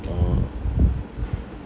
orh